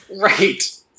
Right